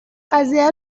قضیه